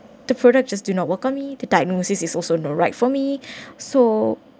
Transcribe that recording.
the product just do not work on me the diagnosis is also not right for me so